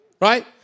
right